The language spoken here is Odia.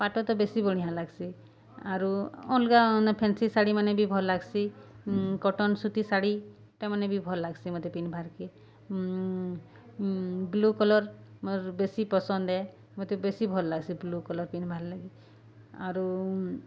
ପାଟ ତ ବେଶୀ ବଢ଼ିଆଁ ଲାଗ୍ସି ଆରୁ ଅଲ୍ଗା ଫେନ୍ସି ଶାଢ଼ୀମାନେ ବି ଭଲ ଲାଗ୍ସି କଟନ୍ ସୁତି ଶାଢ଼ୀ ଇଟାମାନେ ବି ଭଲ୍ ଲାଗ୍ସି ମତେ ପିନ୍ଧବାର୍କେ ବ୍ଲୁ କଲର୍ ମୋର୍ ବେଶୀ ପସନ୍ଦ୍ ଏ ମତେ ବେଶୀ ଭଲ୍ ଲାଗ୍ସି ବ୍ଲୁ କଲର୍ ପିନ୍ଧିବାର୍ ଲାଗି ଆରୁ